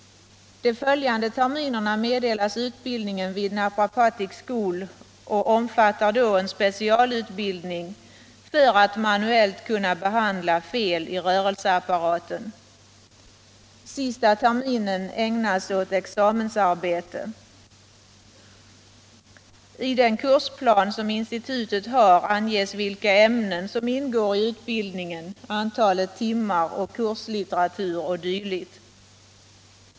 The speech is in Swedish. De följande terminerna meddelas utbildningen vid Naprapathic School, och den omfattar då en specialutbildning för att manuellt behandla fel i rörelseapparaten. Sista terminen ägnas åt examensarbete. I den kursplan som institutet har anges vilka ämnen som ingår i utbildningen, antalet timmar, kurslitteratur m.m.